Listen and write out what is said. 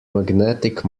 magnetic